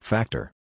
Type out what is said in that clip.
Factor